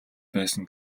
байсан